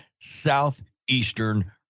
Southeastern